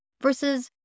versus